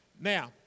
Now